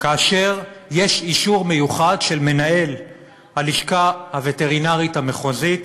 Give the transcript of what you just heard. באישור מיוחד של מנהל הלשכה הווטרינרית המחוזית,